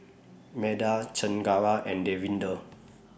Medha Chengara and Davinder